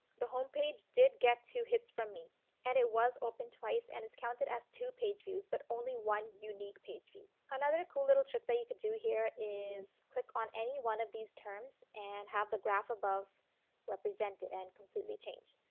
the home page did get two hits from me and it was opened twice and is counted as two page views but only one unique page view. another cool little trick that you could do here is click on any one of these terms and have the graph above represent it and completely change.